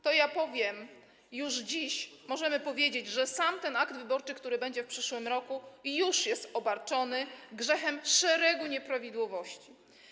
To ja powiem, że już dziś możemy powiedzieć, że sam ten akt wyborczy, który będzie w przyszłym roku, już wiąże się z grzechem szeregu nieprawidłowości.